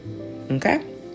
Okay